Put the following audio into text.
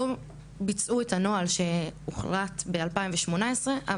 לא ביצעו את הנוהל שהוחלט ב-2018.